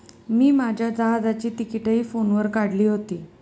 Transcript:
मी माझ्या जहाजाची तिकिटंही फोनवर काढली होती